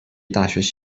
大学